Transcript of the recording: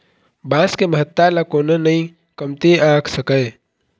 बांस के महत्ता ल कोनो नइ कमती आंक सकय